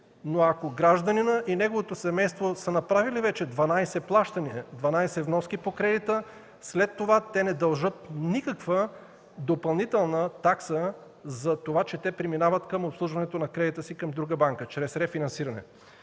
Но ако гражданинът и неговото семейство са направили вече 12 плащания, 12 вноски по кредита, след това те не дължат никаква допълнителна такса за това, че преминават към обслужването на кредита си към друга банка – чрез рефинансиране.